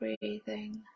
breathing